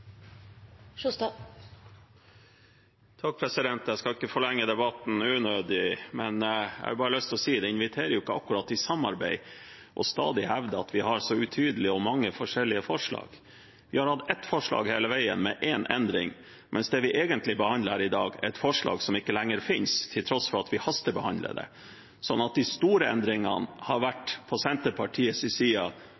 Jeg skal ikke forlenge debatten unødig, men jeg har bare lyst til å si at det ikke akkurat inviterer til samarbeid stadig å hevde at vi har så utydelige og mange forskjellige forslag. Vi har hatt ett forslag hele veien, med en endring, mens det vi egentlig behandler her i dag, er et forslag som ikke lenger finnes – til tross for at vi hastebehandler det. Så de store endringene har